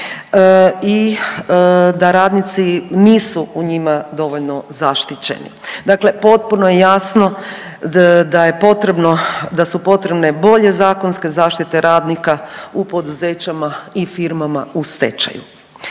i da radnici nisu u njima dovoljno zaštićeni. Dakle, potpuno je jasno da je potrebno, da su potrebne bolje zakonske zaštite radnika u poduzećima i firmama u stečaju.